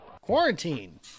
Quarantine